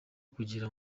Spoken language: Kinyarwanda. kugira